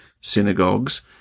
synagogues